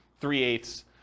three-eighths